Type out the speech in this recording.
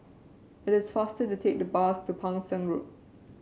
it is faster to take the bus to Pang Seng Road